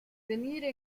venire